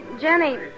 Jenny